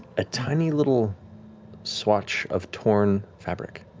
a tiny little swatch of torn fabric.